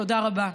תודה רבה.